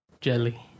jelly